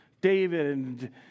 David